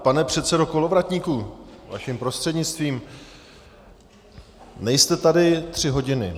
Pane předsedo Kolovratníku vaším prostřednictvím nejste tady tři hodiny.